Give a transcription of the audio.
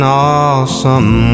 awesome